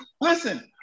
listen